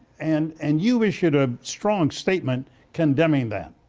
and and you issued a strong statement condemning that,